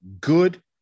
Good